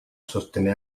sostener